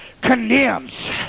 condemns